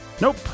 Nope